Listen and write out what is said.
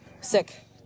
Sick